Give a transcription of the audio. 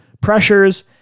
pressures